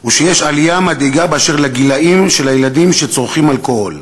הוא שיש עלייה מדאיגה באשר לגיל הילדים שצורכים אלכוהול,